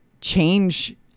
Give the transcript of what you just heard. change